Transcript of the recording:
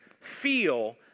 feel